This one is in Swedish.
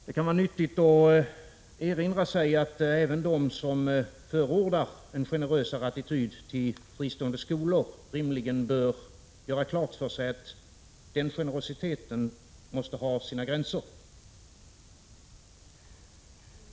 Det kan vara nyttigt att erinra sig att även de som förordar en generösare attityd till fristående skolor rimligen bör göra klart för sig att den generositeten måste ha sina gränser.